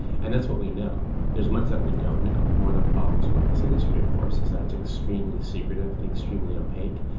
and that's what we know. there is much that we don't know. one of the problems with this industry of course is that it's extremely secretive and extremely opaque.